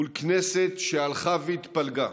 מול כנסת שהלכה והתפלגה